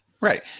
right